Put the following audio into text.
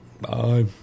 Bye